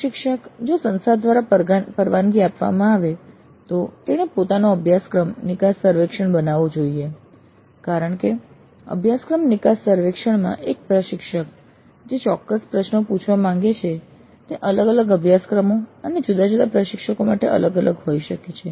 પ્રશિક્ષક જો સંસ્થા દ્વારા પરવાનગી આપવામાં આવે તો તેણે પોતાનો અભ્યાસક્રમ નિકાસ સર્વેક્ષણ બનાવવો જોઈએ કારણ કે અભ્યાસક્રમ નિકાસ સર્વેક્ષણ માં એક પ્રશિક્ષક જે ચોક્કસ પ્રશ્નો પૂછવા માંગે છે તે અલગ અલગ અભ્યાસક્રમો અને જુદા જુદા પ્રશિક્ષકો માટે અલગ હોઈ શકે છે